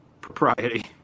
propriety